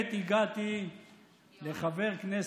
כעת הגעתי לחבר הכנסת,